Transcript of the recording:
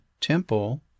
temple